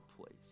place